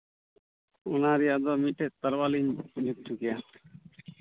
ᱚᱱᱟ ᱨᱮᱭᱟᱜ ᱫᱚ ᱢᱤᱫᱴᱮᱱ ᱛᱟᱨᱣᱟᱲᱤᱧ ᱡᱩᱛ ᱦᱚᱪᱚ ᱠᱮᱭᱟ